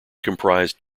comprised